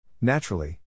Naturally